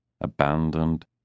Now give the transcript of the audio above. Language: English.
abandoned